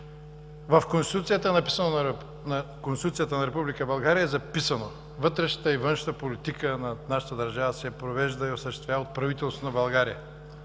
В Конституцията на Република България е записано: „Вътрешната и външна политика на нашата държава се провежда и осъществява от правителството на България.